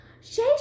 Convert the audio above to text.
Shay